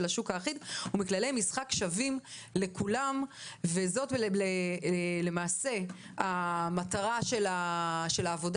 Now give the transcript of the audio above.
השוק האחיד ומכללי משחק שווים לכולם וזאת למעשה המטרה של העבודה